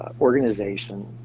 organization